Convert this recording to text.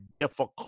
difficult